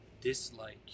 dislike